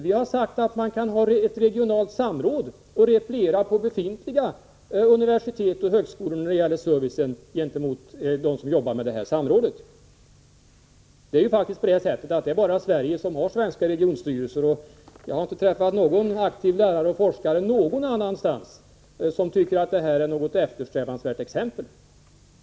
Vi har sagt att man kan ha ett regionalt samråd och repliera på befintliga universitet och högskolor när det gäller servicen gentemot dem som jobbar med samrådet. Det är faktiskt bara Sverige som har svenska regionstyrelser. Jag har inte träffat någon aktiv lärare eller forskare någon annanstans som tycker att detta är något eftersträvansvärt.